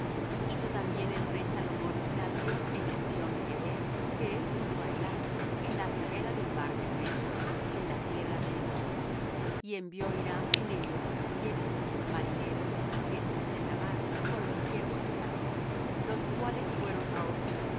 hizo también el rey salomón navíos en ezión geber que es junto á elath en la ribera del mar bermejo en la tierra de edom y envió hiram en ellos á sus siervos marineros y diestros en la mar con los siervos de salomón los cuales fueron á ophir y